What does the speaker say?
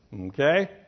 Okay